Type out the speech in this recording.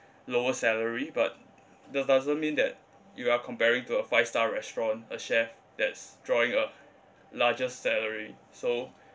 lower salary but does~ doesn't mean that you are comparing to a five star restaurant a chef that's drawing a larger salary so